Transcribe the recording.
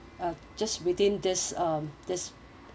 uh just within this um this